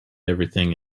everything